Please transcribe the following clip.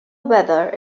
weather